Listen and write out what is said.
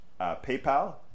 PayPal